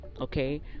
Okay